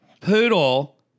Poodle